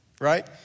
right